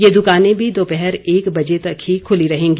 ये दुकाने भी दोपहर एक बजे तक ही खुली रहेंगी